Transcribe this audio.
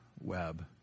web